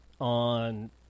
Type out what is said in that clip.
on